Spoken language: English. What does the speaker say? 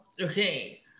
Okay